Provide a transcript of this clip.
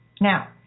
Now